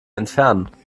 entfernen